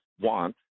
want